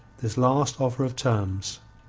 this last offer of terms.